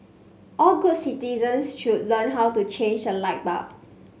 all good citizens should learn how to change a light bulb